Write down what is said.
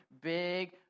big